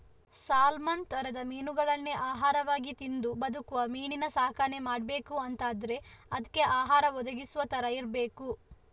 salmon ತರದ ಮೀನುಗಳನ್ನೇ ಆಹಾರವಾಗಿ ತಿಂದು ಬದುಕುವ ಮೀನಿನ ಸಾಕಣೆ ಮಾಡ್ಬೇಕು ಅಂತಾದ್ರೆ ಅದ್ಕೆ ಆಹಾರ ಒದಗಿಸುವ ತರ ಇರ್ಬೇಕು